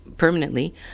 Permanently